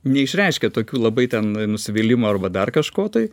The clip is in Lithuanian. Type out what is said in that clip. neišreiškia tokių labai ten nusivylimo arba dar kažko tai